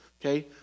okay